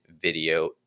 video